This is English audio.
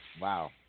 Wow